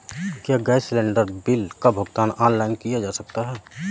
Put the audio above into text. क्या gas cylinder bill का भुगतान ऑनलाइन किया जा सकता है?